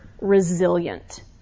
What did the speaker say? resilient